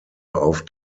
auf